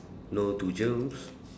no to germs